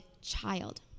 child